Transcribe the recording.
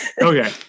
Okay